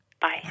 Bye